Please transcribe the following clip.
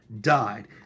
died